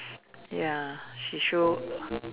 ya she show